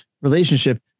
relationship